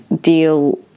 deal